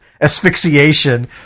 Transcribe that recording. Asphyxiation